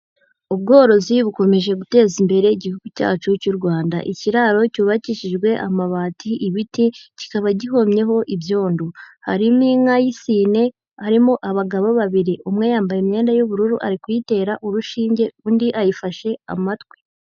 Ubworozi bukomeje guteza imbere igihugu cyacu cy'u Rwanda. Ikiraro cyubakishijwe amabati, ibiti, kikaba gihomyeho ibyondo. Hari n'inka y'isine harimo abagabo babiri. Umwe yambaye imyenda y'ubururu ari kuyitera urushinge undi ayifashe amatwi.